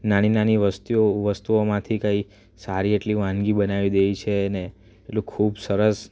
નાની નાની વસ્તીઓ વસ્તુઓમાંથી કંઈ સારી એટલી વાનગી બનાવી દે છે ને એટલું ખૂબ સરસ